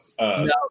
no